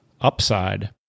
upside